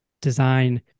design